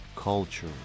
culture